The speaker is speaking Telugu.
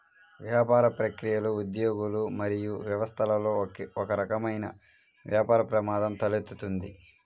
వ్యాపార ప్రక్రియలు, ఉద్యోగులు మరియు వ్యవస్థలలో ఒకరకమైన వ్యాపార ప్రమాదం తలెత్తుతుంది